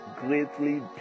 greatly